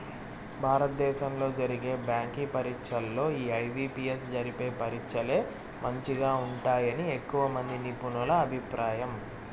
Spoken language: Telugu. భారత దేశంలో జరిగే బ్యాంకి పరీచ్చల్లో ఈ ఐ.బి.పి.ఎస్ జరిపే పరీచ్చలే మంచిగా ఉంటాయని ఎక్కువమంది నిపునుల అభిప్రాయం